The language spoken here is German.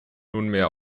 nunmehr